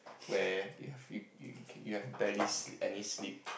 where you've you you you have barely sl~ any sleep